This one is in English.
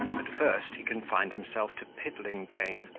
at first he confined himself to piddling game,